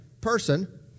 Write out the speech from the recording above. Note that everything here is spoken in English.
person